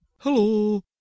Hello